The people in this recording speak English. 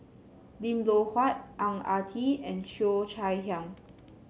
Lim Loh Huat Ang Ah Tee and Cheo Chai Hiang